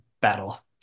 battle